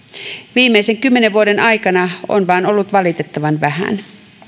viimeisen kymmenen vuoden aikana on vain ollut valitettavan vähän